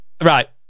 right